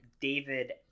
David